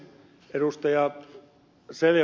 asko seljavaaralle